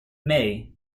may